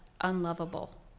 unlovable